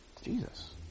Jesus